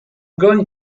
going